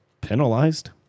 Penalized